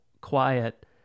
quiet